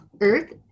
Earth